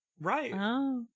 Right